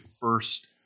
first